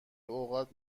اوقات